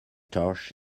torch